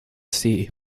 sea